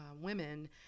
women